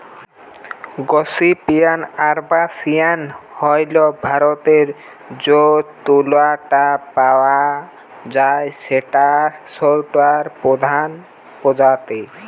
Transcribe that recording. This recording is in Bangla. গসিপিয়াম আরবাসিয়াম হইল ভারতরে যৌ তুলা টা পাওয়া যায় সৌটার প্রধান প্রজাতি